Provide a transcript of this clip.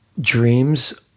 dreams